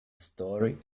story